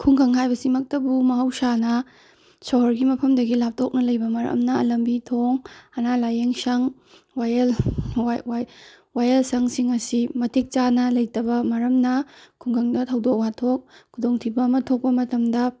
ꯈꯨꯡꯒꯪ ꯍꯥꯏꯕꯁꯤꯃꯛꯇꯕꯨ ꯃꯍꯧꯁꯥꯅ ꯁꯣꯍꯣꯔꯒꯤ ꯃꯐꯝꯗꯒꯤ ꯂꯥꯞꯊꯣꯛꯅ ꯂꯩꯕ ꯃꯔꯝꯅ ꯂꯝꯕꯤ ꯊꯣꯡ ꯑꯅꯥ ꯂꯥꯏꯌꯦꯡ ꯁꯪ ꯋꯥꯌꯦꯜ ꯋꯥꯏꯌꯦꯜ ꯁꯪꯁꯤꯡ ꯑꯁꯤ ꯃꯇꯤꯛ ꯆꯥꯅ ꯂꯩꯇꯕ ꯃꯔꯝꯅ ꯈꯨꯡꯒꯪꯗ ꯊꯧꯗꯣꯛ ꯋꯥꯊꯣꯛ ꯈꯨꯗꯣꯡꯊꯤꯕ ꯑꯃ ꯊꯣꯛꯄ ꯃꯇꯝꯗ